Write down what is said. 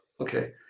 okay